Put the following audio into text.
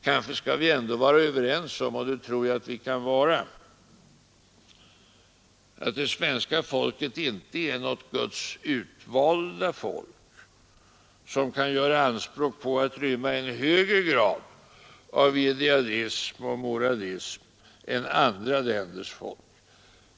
Vi bör kanske ändå vara överens om — och det tror jag att vi kan vara — att det svenska folket inte är något Guds utvalda folk som kan göra anspråk på att rymma en högre grad av idealism och moral än andra länders folk.